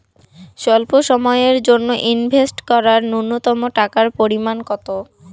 স্বল্প সময়ের জন্য ইনভেস্ট করার নূন্যতম টাকার পরিমাণ কত?